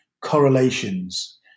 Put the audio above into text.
correlations